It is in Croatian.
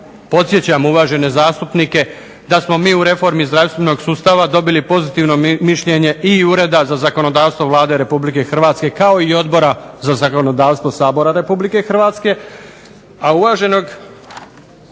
podsjećam uvažene zastupnike da smo mi u reformi zdravstvenog sustava dobili pozitivno mišljenje i Ureda za zakonodavstvo Vlade RH kao i Odbora za zakonodavstvo Sabora RH. A uvaženog